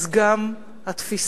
אז גם התפיסה